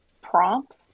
prompts